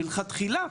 מלכתחילה,